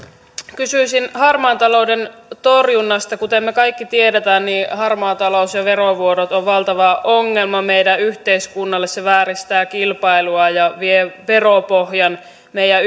kysyisin harmaan talouden torjunnasta kuten me kaikki tiedämme niin harmaa talous ja verovuodot on valtava ongelma meidän yhteiskunnallemme se vääristää kilpailua ja vie veropohjan meidän